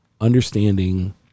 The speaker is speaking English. understanding